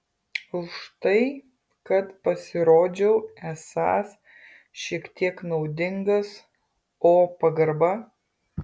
už tai kad pasirodžiau esąs šiek tiek naudingas o pagarba